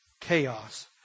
chaos